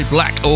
Black